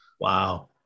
Wow